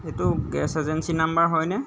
এইটো গেছ এজেঞ্চিৰ নাম্বাৰ হয়নে